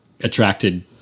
attracted